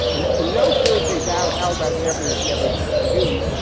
in in no, thursday's out. how about never is never good for you?